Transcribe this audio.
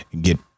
get